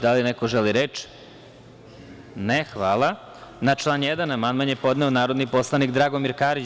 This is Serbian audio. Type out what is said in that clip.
Da li neko želi reč? (Ne) Na član 1. amandman je podneo narodni poslanik Dragomir Karić.